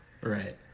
right